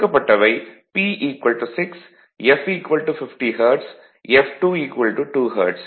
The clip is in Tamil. கொடுக்கப்பட்டவை P 6 f 50 hertz f22 hertz